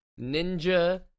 ninja